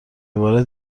عبارت